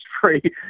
free